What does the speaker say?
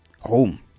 home